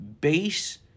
base